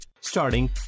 Starting